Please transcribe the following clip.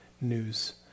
news